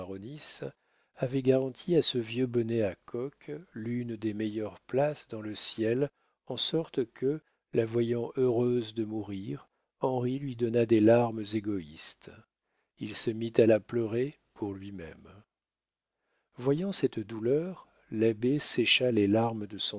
avait garanti à ce vieux bonnet à coques l'une des meilleures places dans le ciel en sorte que la voyant heureuse de mourir henri lui donna des larmes égoïstes il se mit à la pleurer pour lui-même voyant cette douleur l'abbé sécha les larmes de